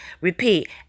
Repeat